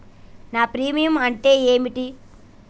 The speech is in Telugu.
నా ప్రీమియం అంటే ఏమిటి?